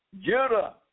Judah